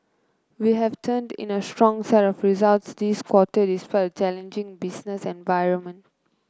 we have turned in a strong set of results this quarter despite a challenging business environment